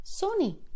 Sony